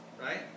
Right